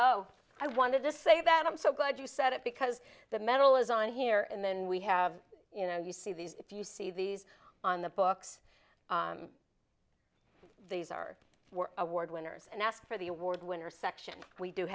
oh i wanted to say that i'm so glad you said it because the metal is on here and then we have you know you see these if you see these on the books these are for award winners and ask for the award winner section we do